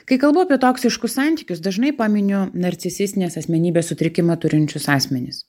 kai kalbu apie toksiškus santykius dažnai paminiu narcisistinės asmenybės sutrikimą turinčius asmenis